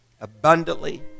Abundantly